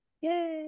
Yay